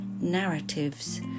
narratives